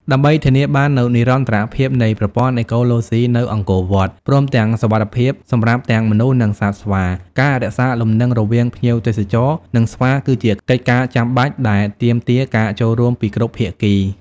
ដើម្បីធានាបាននូវនិរន្តរភាពនៃប្រព័ន្ធអេកូឡូស៊ីនៅអង្គរវត្ត ព្រមទាំងសុវត្ថិភាពសម្រាប់ទាំងមនុស្ស និងសត្វស្វា ការរក្សាលំនឹងរវាងភ្ញៀវទេសចរ និងស្វាគឺជាកិច្ចការចាំបាច់ដែលទាមទារការចូលរួមពីគ្រប់ភាគី។